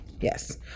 Yes